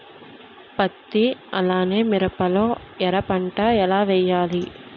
పత్తి అలానే మిరప లో ఎర పంట ఏం వేయాలి?